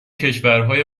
کشورهای